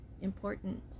important